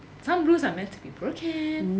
some rules are meant to be broken